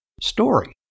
story